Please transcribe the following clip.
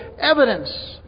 evidence